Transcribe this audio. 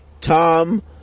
Tom